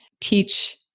teach